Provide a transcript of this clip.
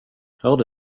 hörde